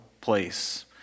place